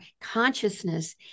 consciousness